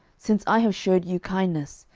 since i have shewed you kindness,